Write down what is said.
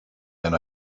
and